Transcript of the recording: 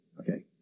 Okay